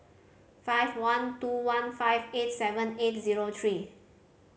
five one two one five eight seven eight zero three